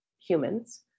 humans